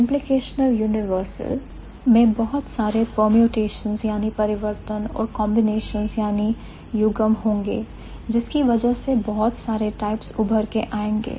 Implicational universal में बहुत सारे permutations परिवर्तन और combinations युग्म होंगे जिसकी वजह से बहुत सारे टाइप्स उभर के आएंगे